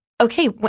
okay